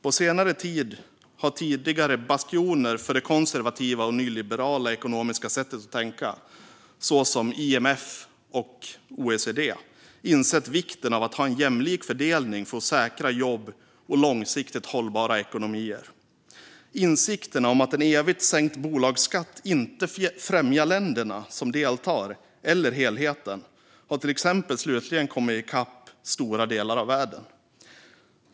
På senare tid har tidigare bastioner för det konservativa och nyliberala ekonomiska sättet att tänka, såsom IMF och OECD, insett vikten av att ha en jämlik fördelning för att säkra jobb och långsiktigt hållbara ekonomier. Insikten om att en evigt sänkt bolagsskatt inte främjar länderna som deltar eller helheten har till exempel slutligen kommit i kapp stora delar av världen.